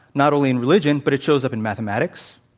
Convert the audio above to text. not only in religion, but it shows up in mathematics,